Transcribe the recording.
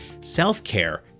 Self-care